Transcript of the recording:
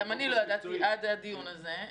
גם אני לא ידעתי עד הדיון הזה.